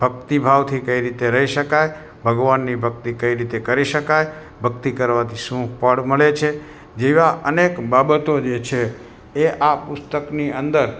ભક્તિભાવથી કઇ રીતે રહી શકાય ભગવાનની ભક્તિ કઇ રીતે કરી શકાય ભક્તિ કરવાથી શું ફળ મળે છે જેવા અનેક બાબતો જે છે એ આ પુસ્તકની અંદર